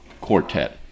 Quartet